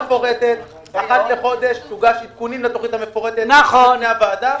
אחת לחודש יוגש עדכונים לתוכנית המפורטת לפני הוועדה,